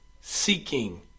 seeking